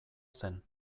zen